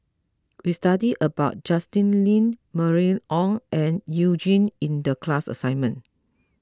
we studied about Justin Lean Mylene Ong and You Jin in the class assignment